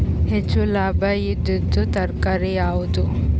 ಹೆಚ್ಚು ಲಾಭಾಯಿದುದು ತರಕಾರಿ ಯಾವಾದು?